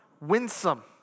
winsome